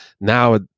now